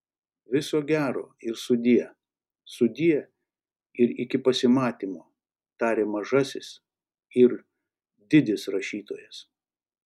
viso gero ir sudie sudie ir iki pasimatymo taria mažasis ir didis rašytojas